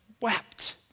wept